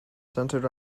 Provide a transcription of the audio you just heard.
centered